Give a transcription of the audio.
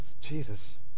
Jesus